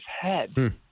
head